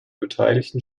beteiligten